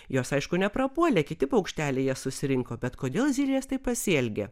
jos aišku neprapuolė kiti paukšteliai jas susirinko bet kodėl zylės taip pasielgė